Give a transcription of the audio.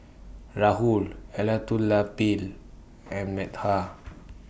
Rahul and Medha